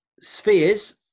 spheres